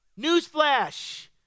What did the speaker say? Newsflash